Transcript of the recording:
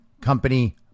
company